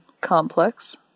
Complex